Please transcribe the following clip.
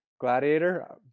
gladiator